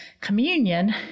communion